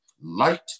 Light